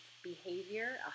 behavior